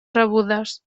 rebudes